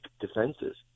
defenses